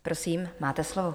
Prosím, máte slovo.